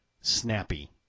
snappy